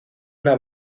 una